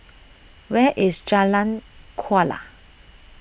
where is Jalan Kuala